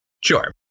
sure